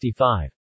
65